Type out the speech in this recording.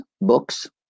books